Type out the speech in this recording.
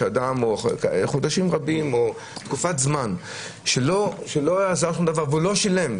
או חודשים רבים או תקופת זמן שלא עזר שום דבר והוא לא שילם.